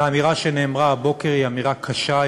והאמירה שנאמרה הבוקר היא אמירה קשה,